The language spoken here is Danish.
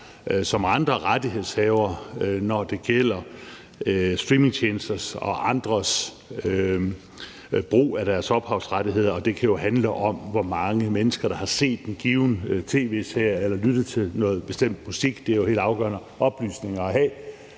som andre rettighedshavere, når det gælder streamingtjenesters og andres brug af deres ophavsrettigheder. Det kan jo handle om, hvor mange mennesker der har set en given tv-serie eller lyttet til noget bestemt musik. Det er jo afgørende oplysninger at have,